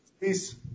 Peace